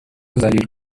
ذلیل